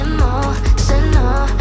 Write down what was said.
Emotional